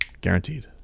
guaranteed